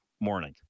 morning